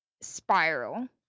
spiral